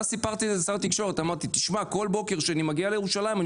סיפרתי לשר התקשורת ואמרתי לו שכל בוקר כשאני מגיע לירושלים,